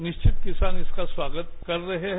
निश्चित किसान इसका स्वागत कर रहे हैं